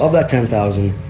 ah that ten thousand,